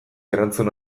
erantzun